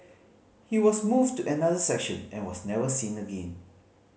he was moved to another section and was never seen again